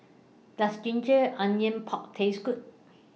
Does Ginger Onions Pork Taste Good